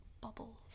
bubbles